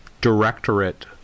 directorate